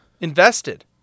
invested